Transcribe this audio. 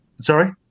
Sorry